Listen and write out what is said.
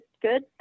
good